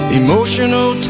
emotional